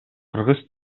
кыргыз